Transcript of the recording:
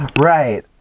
right